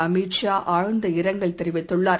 அமித் ஷா ஆழ்ந்த இரங்கல் தெரிவித்துள்ளார்